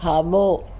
खाॿो